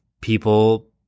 people